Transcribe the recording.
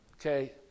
Okay